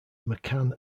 mccann